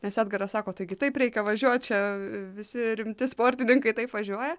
nes edgaras sako taigi taip reikia važiuot čia visi rimti sportininkai taip važiuoja